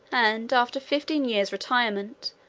and, after fifteen years' retirement,